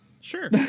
Sure